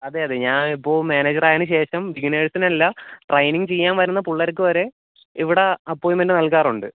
അതെ അതെ ഞാൻ ഇപ്പോൾ മാനേജ ർ ആയതിന് ശേഷം ബിഗിനേഴ്സിന് എല്ലാം ട്രെയിനിങ് ചെയ്യാൻ വരുന്ന പുള്ളേർക്ക് വരെ ഇവിടെ അപ്പോയിമെൻറ്റ് നൽകാറുണ്ട്